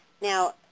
Now